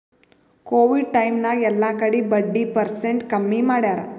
Covid time ನಾಗ್ ಎಲ್ಲಾ ಕಡಿ ಬಡ್ಡಿ ಪರ್ಸೆಂಟ್ ಕಮ್ಮಿ ಮಾಡ್ಯಾರ್